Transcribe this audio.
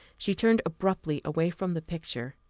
she turned abruptly away from the picture,